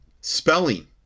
spelling